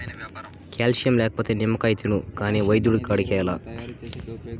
calcium లేకపోతే నిమ్మకాయ తిను కాని వైద్యుని కాడికేలా